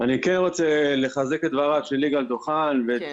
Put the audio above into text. אני כן רוצה לחזק את דבריו של יגאל דוכן ואת